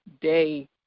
day